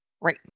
Right